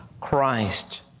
Christ